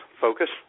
focus